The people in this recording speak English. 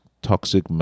toxic